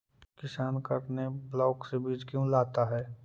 किसान करने ब्लाक से बीज क्यों लाता है?